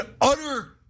utter